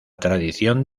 tradición